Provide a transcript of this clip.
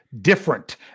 different